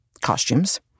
costumes